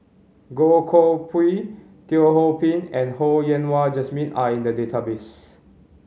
Goh Koh Pui Teo Ho Pin and Ho Yen Wah Jesmine are in the database